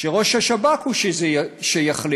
שראש השב"כ הוא שיחליט.